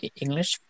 English